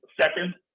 second